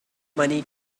money